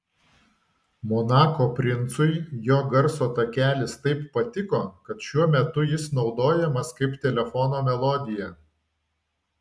monako princui jo garso takelis taip patiko kad šiuo metu jis naudojamas kaip telefono melodija